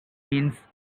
means